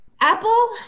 Apple